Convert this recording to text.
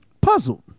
puzzled